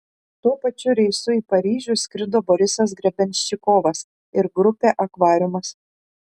tuo pačiu reisu į paryžių skrido borisas grebenščikovas ir grupė akvariumas